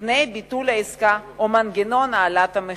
תנאי ביטול העסקה או מנגנון העלאת המחיר.